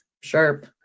Sharp